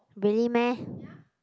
really meh